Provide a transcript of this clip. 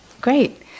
Great